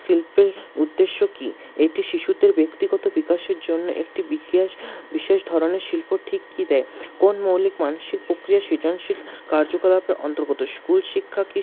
শিল্পের উদ্দেশ্য কী এটি শিশুদের ব্যক্তিগত বিকাশের জন্য একটি বিকেশ বিশেষ ধরনের শিল্প ঠিক কী দেয় কোন মৌলিক মানসিক প্রক্রিয়া সৃজনশীল কার্যকলাপের অন্তর্গত স্কুল শিক্ষা কী